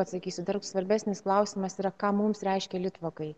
pasakysiu dar svarbesnis klausimas yra ką mums reiškia litvakai